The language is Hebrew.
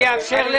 אתה מתעצבן